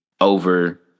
over